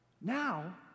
now